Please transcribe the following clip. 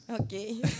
Okay